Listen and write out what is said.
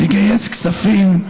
לגייס כספים.